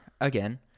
again